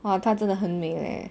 !wah! 她真的很美 leh